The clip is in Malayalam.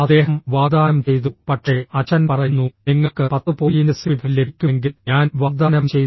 അദ്ദേഹം വാഗ്ദാനം ചെയ്തു പക്ഷേ അച്ഛൻ പറയുന്നു നിങ്ങൾക്ക് 10 പോയിന്റ് സിപിഐ ലഭിക്കുമെങ്കിൽ ഞാൻ വാഗ്ദാനം ചെയ്തു